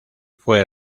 fue